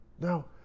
Now